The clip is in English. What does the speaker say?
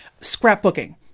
scrapbooking